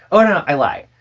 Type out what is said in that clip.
oh, no. i lied.